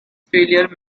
failure